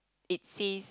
it says